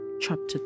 chapter